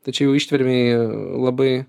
tačiau ištvermei labai